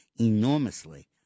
enormously